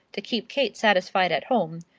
to keep kate satisfied at home,